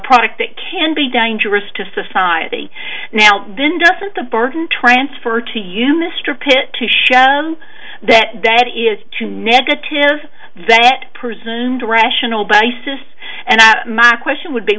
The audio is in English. product that can be dangerous to society now then doesn't the burden transfer to you mr pitt to shout that date is too negative that presumed rational basis and that my question would be